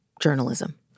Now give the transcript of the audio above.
journalism